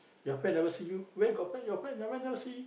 your friend never see you where got friend your friend never never see